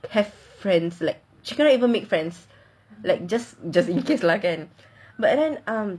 have friends like she cannot even make friends like just just in case like and but then um